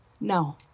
No